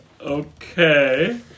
Okay